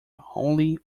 wholly